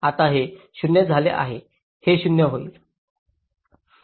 तर हे 0 झाले आहे हे 0 होईल